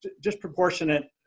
disproportionate